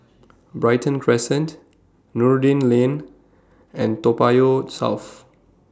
Brighton Crescent Noordin Lane and Toa Payoh South